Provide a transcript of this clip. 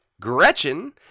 Gretchen